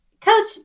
coach